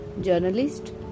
journalist